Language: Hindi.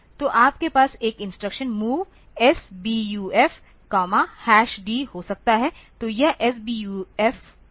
तो आपके पास एक इंस्ट्रक्शन MOV SBUF D हो सकता है